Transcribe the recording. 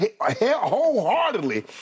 wholeheartedly